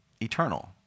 eternal